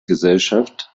gesellschaft